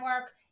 work